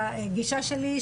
גישה שלי,